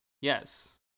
yes